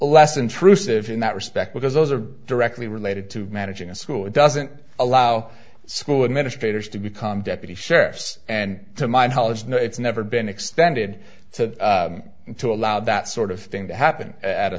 less intrusive in that respect because those are directly related to managing a school that doesn't allow school administrators to become deputy sheriffs and to my knowledge no it's never been extended to to allow that sort of thing to happen at a